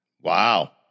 Wow